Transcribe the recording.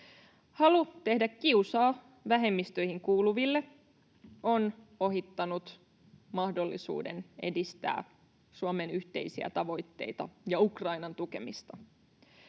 halu tehdä kiusaa vähemmistöihin kuuluville on ohittanut mahdollisuuden edistää Suomen yhteisiä tavoitteita ja Ukrainan tukemista.